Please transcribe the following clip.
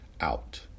out